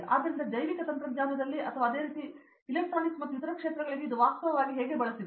ಆದ್ದರಿಂದ ಜೈವಿಕ ತಂತ್ರಜ್ಞಾನದಲ್ಲಿ ಅಥವಾ ಅದೇ ರೀತಿ ಎಲೆಕ್ಟ್ರಾನಿಕ್ಸ್ ಮತ್ತು ಇತರ ಕ್ಷೇತ್ರಗಳಿಗೆ ಇದು ವಾಸ್ತವವಾಗಿ ಹೇಗೆ ಬಳಸಿದೆ